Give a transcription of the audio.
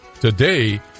Today